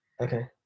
Okay